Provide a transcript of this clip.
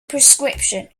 prescription